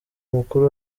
mukuru